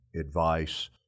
advice